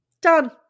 Done